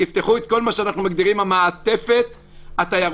תפתחו את כל מה שאנחנו מגדירים "המעטפת התיירותית",